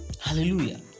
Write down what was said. hallelujah